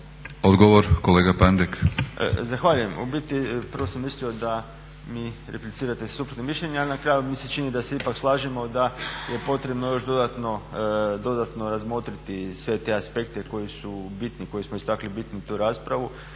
Odgovor, kolega Pandek.